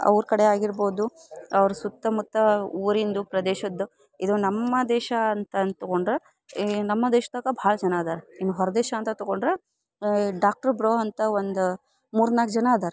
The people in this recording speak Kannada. ಅವ್ರ ಕಡೆ ಆಗಿರ್ಬೋದು ಅವ್ರ ಸುತ್ತಮುತ್ತ ಊರಿಂದು ಪ್ರದೇಶದ್ದು ಇದು ನಮ್ಮ ದೇಶ ಅಂತಂದು ತಗೊಂಡ್ರ ಈ ನಮ್ಮ ದೇಶ್ದಾಗ ಭಾಳ ಜನ ಅದಾರ ಇನ್ನು ಹೊರದೇಶ ಅಂತ ತಗೊಂಡ್ರ ಡಾಕ್ಟ್ರ್ ಬ್ರೋ ಅಂತ ಒಂದು ಮೂರು ನಾಲ್ಕು ಜನ ಅದರ